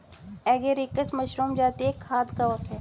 agaricus mushroom जाती का एक खाद्य कवक है